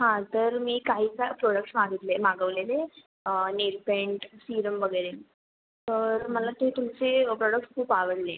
हां तर मी काहीसा प्रोडक्ट्स मागितले मागवलेले नेलपेंट सिरम वगैरे तर मला ते तुमचे प्रोडक्ट्स खूप आवडले